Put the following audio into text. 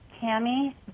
Tammy